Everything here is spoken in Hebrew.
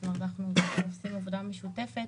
זאת אומרת, אנחנו עושים עבודה משותפת,